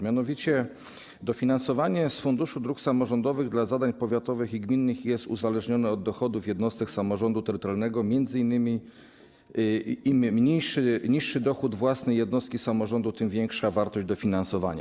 Mianowicie dofinansowanie z Funduszu Dróg Samorządowych dla zadań powiatowych i gminnych jest uzależnione od dochodów jednostek samorządu terytorialnego, m.in. im mniejszy, niższy dochód własny jednostki samorządu, tym większa wartość dofinansowania.